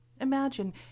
Imagine